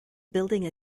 building